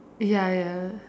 ya ya